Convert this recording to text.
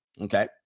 Okay